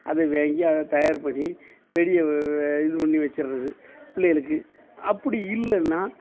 அது வாங்கி அதை தயார் பண்ணி வெடியை இது பண்ணி வச்சிடுறது பிள்ளைகளுக்கு அப்படி இல்லைன்னா